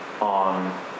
on